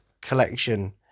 collection